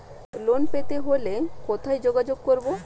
ঋণ পেতে হলে কোথায় যোগাযোগ করব?